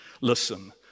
listen